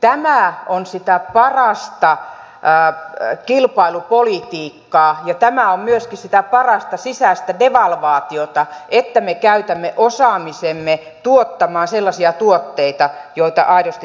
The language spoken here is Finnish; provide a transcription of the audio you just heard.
tämä on sitä parasta kilpailupolitiikkaa ja tämä on myöskin sitä parasta sisäistä devalvaatiota että me käytämme osaamisemme tuottamaan sellaisia tuotteita joita aidosti tarvitaan